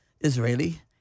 Israeli